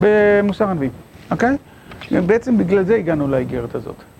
במוסר הנביא, אוקיי? בעצם בגלל זה הגענו לאגרת הזאת.